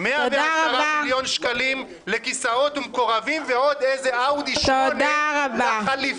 110 מיליון שקלים לכיסאות ומקורבים ועוד איזה אאודי 8 לחליפי".